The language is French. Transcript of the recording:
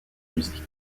musique